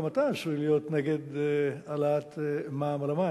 גם אתה עשוי להיות נגד העלאת מע"מ על המים,